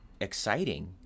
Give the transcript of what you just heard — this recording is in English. exciting